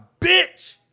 bitch